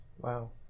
Wow